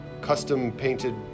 custom-painted